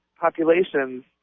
populations